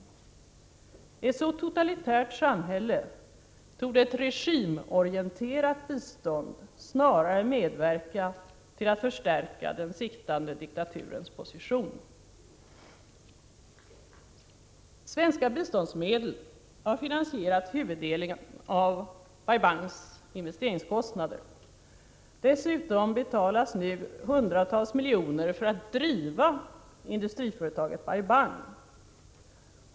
I ett så totalitärt samhälle torde ett regimorienterat bistånd snarare medverka till att förstärka den sittande diktaturens position. Svenska biståndsmedel har finansierat huvuddelen av Bai Bangs investeringskostnader. Dessutom betalas nu hundratals miljoner för att driva industriföretaget Bai Bang.